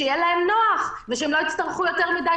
שיהיה להם נוח ושהם לא יצטרכו יותר מדי